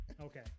Okay